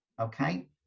okay